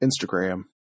Instagram